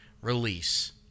release